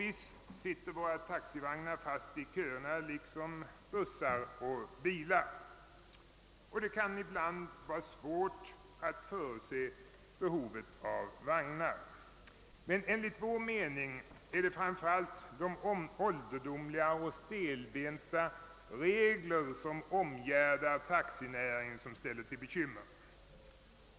Visst sitter taxibilarna fast i köerna liksom bussar och övriga bilar, och det kan ibland vara svårt att förutse behovet av vagnar. Enligt vår mening är det emellertid framför allt de ålderdomliga och stelbenta regler som omgärdar taxinäringen som ställer till bekymmer.